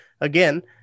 again